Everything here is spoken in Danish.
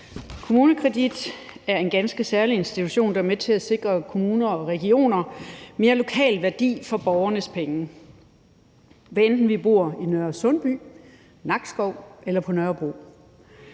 KommuneKredit er en ganske særlig institution, der er med til at sikre kommuner og regioner mere lokal værdi for borgernes penge, hvad enten vi bor i Nørresundby, i Nakskov eller på Nørrebro.